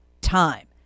time